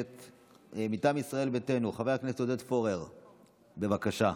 מטעם ישראל ביתנו, חבר הכנסת עודד פורר, בבקשה.